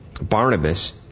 Barnabas